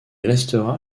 restera